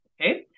okay